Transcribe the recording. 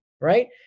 right